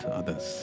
others